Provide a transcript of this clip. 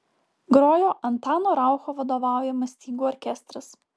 grojo antano raucho vadovaujamas stygų orkestras